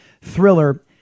thriller